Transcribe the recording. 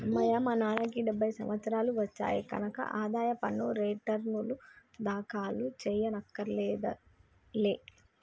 అమ్మయ్యా మా నాన్నకి డెబ్భై సంవత్సరాలు వచ్చాయి కనక ఆదాయ పన్ను రేటర్నులు దాఖలు చెయ్యక్కర్లేదులే